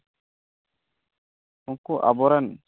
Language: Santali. ᱩᱱᱠᱩ ᱟᱵᱚᱨᱮᱱ